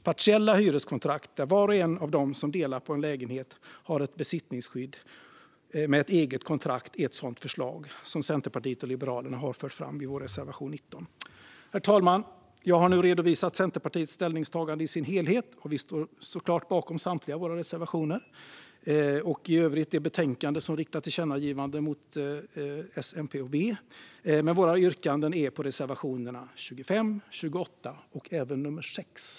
Partiella hyreskontrakt, där var och en av dem som delar på en lägenhet har ett besittningsskydd med ett eget kontrakt, är ett förslag som Centerpartiet och Liberalerna har fört fram i reservation 19. Herr talman! Jag har nu redovisat Centerpartiets ställningstaganden i deras helhet. Vi står såklart bakom samtliga våra reservationer och i övrigt det betänkande där tillkännagivanden riktas till regeringen. Vi yrkar bifall till reservationerna 6, 25 och 28.